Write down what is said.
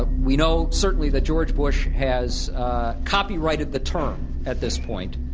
ah we know certainly that george bush has copyrighted the term at this point.